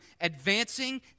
advancing